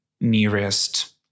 nearest